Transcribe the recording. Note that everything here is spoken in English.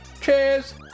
Cheers